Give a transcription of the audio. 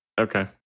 Okay